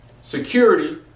security